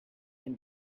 can